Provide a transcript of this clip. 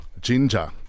Ginger